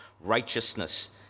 righteousness